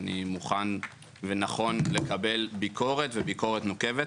אני מוכן ונכון לקבל ביקורת וביקורת נוקבת.